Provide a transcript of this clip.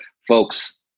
folks